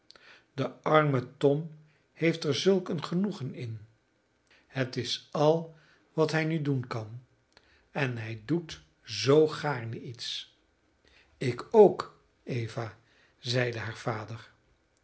de arme tom heeft er zulk een genoegen in het is al wat hij nu doen kan en hij doet zoo gaarne iets ik ook eva zeide haar vader